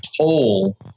toll